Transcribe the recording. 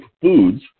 Foods